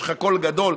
יש קול גדול.